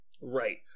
Right